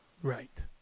Right